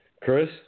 Chris